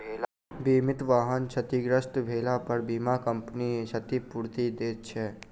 बीमित वाहन क्षतिग्रस्त भेलापर बीमा कम्पनी क्षतिपूर्ति दैत छै